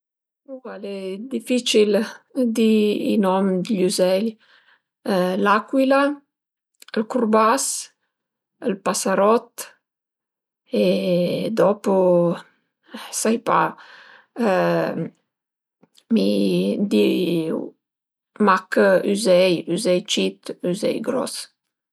Al e dificil di i nom d'gl'üzei: l'acuila, ël curbas, ël pasarot e dopo sai pa mi drìui mach üzei, üzei cit, üzei gros